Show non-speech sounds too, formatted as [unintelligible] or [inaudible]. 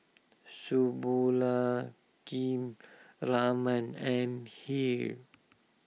[unintelligible] Raman and Hri